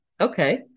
Okay